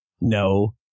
no